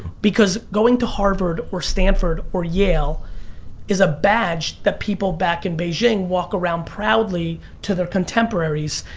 because going to harvard or stanford or yale is a badge that people back in beijing walk around proudly to their contemporaries,